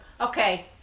Okay